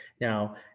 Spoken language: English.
Now